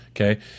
Okay